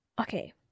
Okay